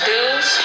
Do's